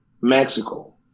Mexico